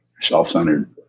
self-centered